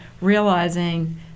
realizing